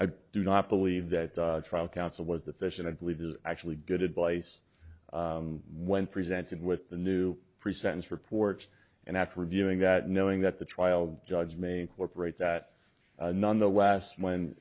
i do not believe that the trial counsel was the fish and i believe is actually good advice when presented with the new pre sentence reports and after reviewing that knowing that the trial judge may incorporate that none the